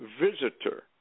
Visitor